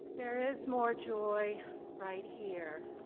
there is more joy right here.